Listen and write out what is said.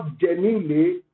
genuinely